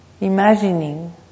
imagining